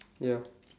ya